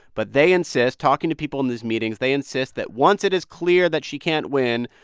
but they insist talking to people in these meetings, they insist that once it is clear that she can't win,